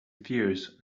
fears